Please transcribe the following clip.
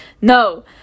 No